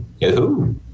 Yahoo